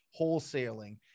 wholesaling